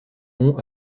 nom